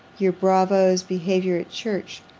your bravo's behaviour at church,